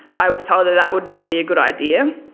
i was told that that would not be a good idea.